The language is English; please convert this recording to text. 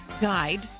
guide